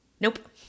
Nope